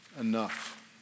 enough